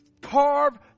Carve